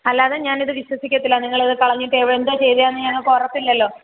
അല്ലാതെ ഞാനിത് വിശ്വസിക്കത്തില്ല നിങ്ങളിത് കളഞ്ഞിട്ട് എന്താണ് ചെയ്തതെന്ന് ഞങ്ങൾക്കുറപ്പില്ലല്ലോ